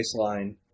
baseline